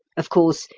of course,